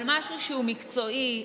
על משהו שהוא מקצועי,